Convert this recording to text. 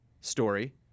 story